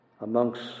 Amongst